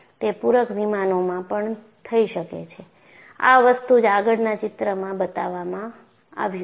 તે પૂરક વિમાનોમાં પણ થઈ શકે છે આ વસ્તુ જ આગળના ચિત્રમાં બતાવવામાં આવ્યું છે